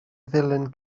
ddilyn